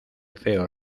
feo